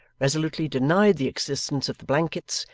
resolutely denied the existence of the blankets,